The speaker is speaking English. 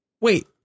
Wait